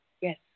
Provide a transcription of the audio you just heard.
Yes